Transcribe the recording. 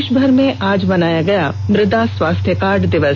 देशमर में आज मनाया गया मृदा स्वास्थ्य कार्ड दिवस